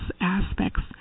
aspects